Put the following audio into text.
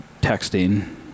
Texting